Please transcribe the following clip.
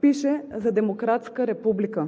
пише за демократска република,